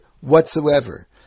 whatsoever